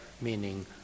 meaning